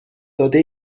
داده